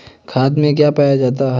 खाद में क्या पाया जाता है?